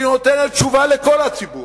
שנותנת תשובה לכל הציבור,